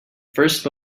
first